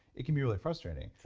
it can be really frustrating.